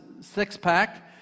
six-pack